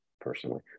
personally